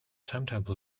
timetable